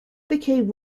became